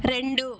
రెండు